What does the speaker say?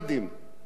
מיליארדים,